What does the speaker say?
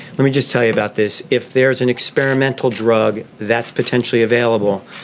let me just tell you about this. if there is an experimental drug that's potentially available,